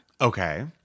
Okay